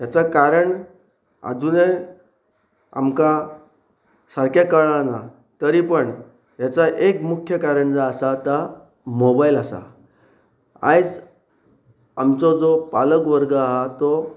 हेच कारण आजुनय आमकां सारकें कळना तरी पण हेच एक मुख्य कारण जो आसा तो मोबायल आसा आयज आमचो जो पालक वर्ग आसा तो